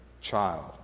child